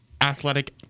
athletic